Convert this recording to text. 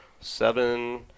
seven